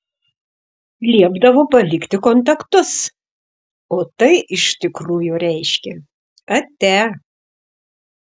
liepdavo palikti kontaktus o tai iš tikrųjų reiškė atia